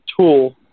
tool